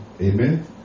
Amen